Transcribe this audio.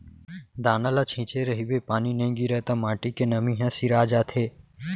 दाना ल छिंचे रहिबे पानी नइ गिरय त माटी के नमी ह सिरा जाथे